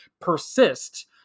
persist